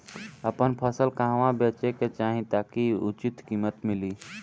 आपन फसल कहवा बेंचे के चाहीं ताकि उचित कीमत मिली?